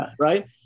right